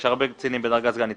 יש הרבה קצינים בדרגת סגן ניצב,